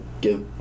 give